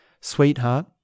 Sweetheart